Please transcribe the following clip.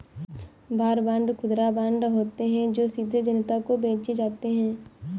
war bond खुदरा bond होते हैं जो सीधे जनता को बेचे जाते हैं